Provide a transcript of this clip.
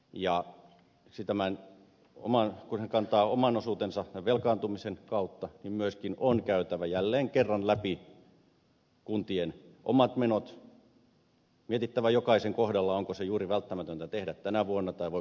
ja kun ne kantavat oman osuutensa velkaantumisen kautta niin myöskin on käytävä jälleen kerran läpi kuntien omat menot mietittävä jokaisen asian kohdalla onko se juuri välttämätöntä tehdä tänä vuonna tai voiko sitä siirtää